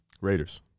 Raiders